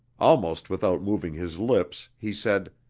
almost without moving his lips, he said